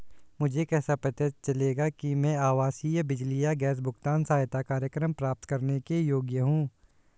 मुझे कैसे पता चलेगा कि मैं आवासीय बिजली या गैस भुगतान सहायता कार्यक्रम प्राप्त करने के योग्य हूँ?